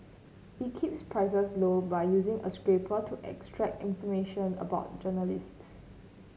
it keeps prices low by using a scraper to extract information about journalists